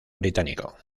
británico